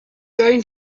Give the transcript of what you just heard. going